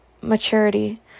maturity